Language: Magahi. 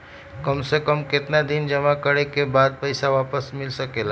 काम से कम केतना दिन जमा करें बे बाद पैसा वापस मिल सकेला?